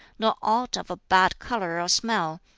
nor aught of a bad color or smell,